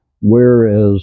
Whereas